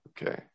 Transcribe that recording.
Okay